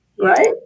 right